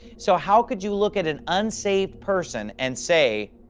so how could you look at an unsaved person and say,